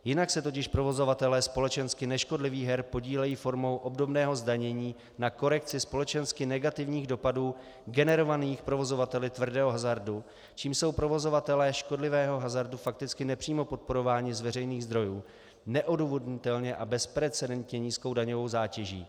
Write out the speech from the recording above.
Jinak se totiž provozovatelé společensky neškodlivých her podílejí formou obdobného zdanění na korekci společensky negativních dopadů generovaných provozovateli tvrdého hazardu, čímž jsou provozovatelé škodlivého hazardu fakticky nepřímo podporováni z veřejných zdrojů neodůvodnitelně a bezprecedentně nízkou daňovou zátěží.